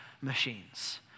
machines